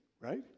right